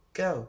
go